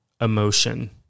emotion